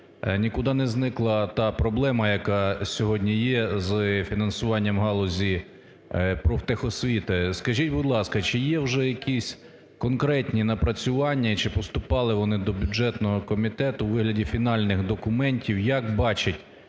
нікуди не зникла та проблема, яка сьогодні є з фінансуванням галузі профтехосвіти. Скажіть, будь ласка, чи є вже якісь конкретні напрацювання і чи поступали вони до бюджетного комітету у вигляді фінальних документів? Як бачить